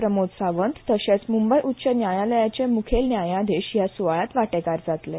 प्रमोद सावंत तशेच म्ंबय उच्च न्यायालयाचे म्खेल न्यायाधीश हया स्वाळ्यात वाटेकार जातले